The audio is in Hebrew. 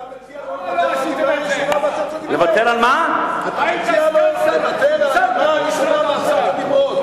אתה מציע לו לוותר על הדיבר הראשון בעשרת הדיברות.